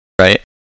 Right